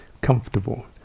Comfortable